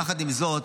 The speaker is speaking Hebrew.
יחד עם זאת